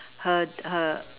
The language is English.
her her